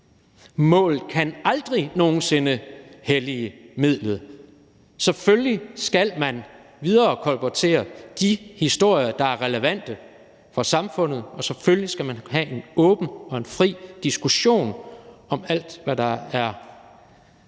Målet kan aldrig nogen sinde hellige midlet. Selvfølgelig skal man viderekolportere de historier, der er relevante for samfundet, og selvfølgelig skal man have en åben og en fri diskussion om alt, hvad der er